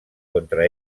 contra